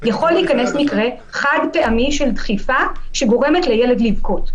יכול להיכנס מקרה חד פעמי של דחיפה שגורמת לילד לבכות.